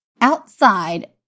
Outside